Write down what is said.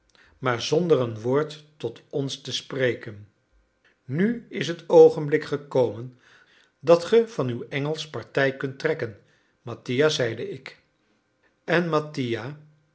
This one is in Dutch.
maar zonder een woord tot ons te spreken nu is het oogenblik gekomen dat ge van uw engelsch partij kunt trekken mattia zeide ik en mattia